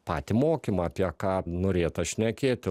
patį mokymą apie ką norėta šnekėti